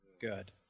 good